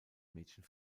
mädchen